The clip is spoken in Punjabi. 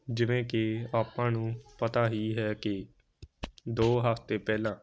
ਜਿਵੇਂ ਕਿ ਆਪਾਂ ਨੂੰ ਪਤਾ ਹੀ ਹੈ ਕਿ ਦੋ ਹਫ਼ਤੇ ਪਹਿਲਾਂ